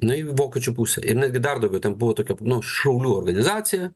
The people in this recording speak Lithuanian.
na į vokiečių pusę ir netgi dar daugiau ten buvo tokia na šaulių organizacija